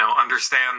understand